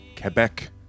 Quebec